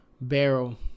barrel